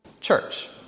Church